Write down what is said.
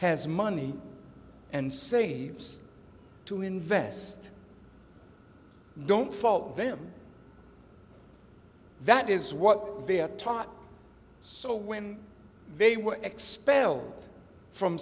has money and say to invest don't fault them that is what they are taught so when they were expelled from